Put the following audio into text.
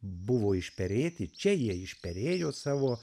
buvo išperėti čia jie išperėjo savo